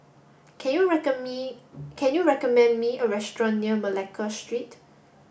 can you me can you recommend me a restaurant near Malacca Street